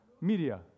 Media